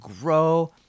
grow